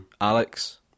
Alex